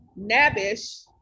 Nabish